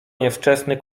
niewczesny